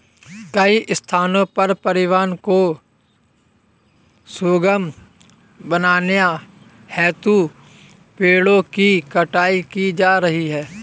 कई स्थानों पर परिवहन को सुगम बनाने हेतु पेड़ों की कटाई की जा रही है